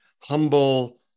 humble